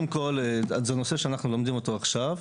זה נושא שאנחנו לומדים אותו עכשיו.